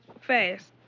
fast